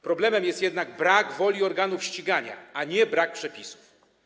Problemem jest jednak brak woli organów ścigania, a nie brak przepisów.